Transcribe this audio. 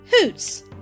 Hoots